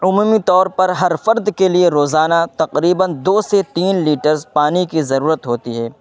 عمومی طور پر ہر فرد کے لیے روزانہ تقریباً دو سے تین لیٹرس پانی کی ضرورت ہوتی ہے